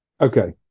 Okay